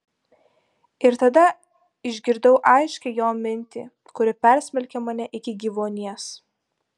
ir tada išgirdau aiškią jo mintį kuri persmelkė mane iki gyvuonies